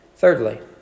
Thirdly